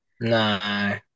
No